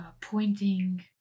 Pointing